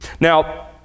Now